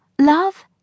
Love